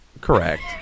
Correct